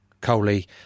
Coley